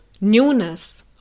newness